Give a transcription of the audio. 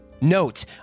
Note